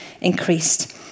increased